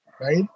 right